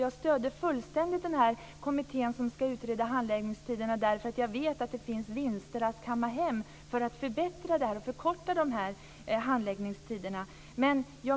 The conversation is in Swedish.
Jag stöder fullständigt kommittén som ska utreda handläggningstiderna, därför att jag vet att det finns vinster att kamma hem för att förkorta handläggningstiderna.